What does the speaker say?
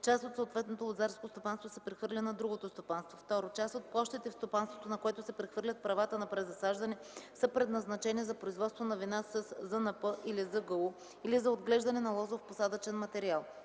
част от съответното лозарско стопанство се прехвърля на другото стопанство; 2. част от площите в стопанството, на което се прехвърлят правата на презасаждане, са предназначени за производство на вина със ЗНП или ЗГУ или за отглеждане на лозов посадъчен материал;